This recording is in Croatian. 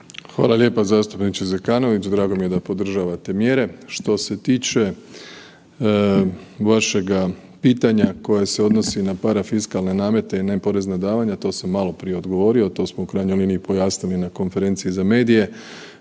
Hvala lijepo zastupniče Zekanović. Drago mi je da podržavate mjere. Što se tiče vašega pitanja koje se odnosi na parafiskalne namete i neporezna davanja, to sam maloprije odgovorio, to smo u krajnjoj liniji pojasnili na konferenciji za medije.